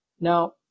Now